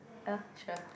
yeah sure